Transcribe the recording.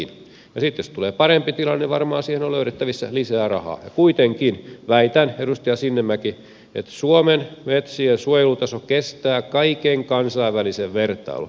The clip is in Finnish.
sitten jos tulee parempi tilanne varmaan siihen on löydettävissä lisää rahaa ja kuitenkin väitän edustaja sinnemäki että suomen metsien suojelutaso kestää kaiken kansainvälisen vertailun